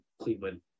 Cleveland